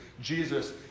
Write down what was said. Jesus